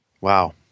Wow